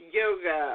yoga